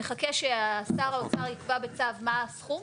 נחכה ששר האוצר יקבע בצו מה הסכום,